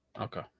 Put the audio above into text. Okay